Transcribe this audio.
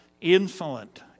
insolent